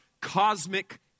cosmic